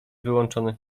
wyłączony